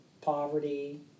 poverty